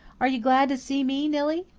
are you glad to see me, nillie?